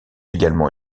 également